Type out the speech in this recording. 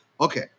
Okay